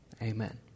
Amen